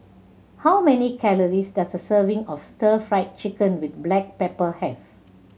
how many calories does a serving of Stir Fried Chicken with black pepper have